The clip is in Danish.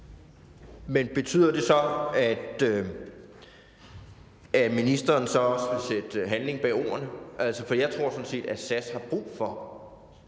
Men betyder det så, at ministeren også vil sætte handling bag ordene? Jeg tror sådan set, at SAS har brug for,